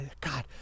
God